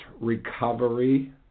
recovery